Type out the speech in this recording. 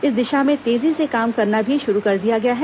इस दिशा में तेजी से काम करना भी शुरू कर दिया गया है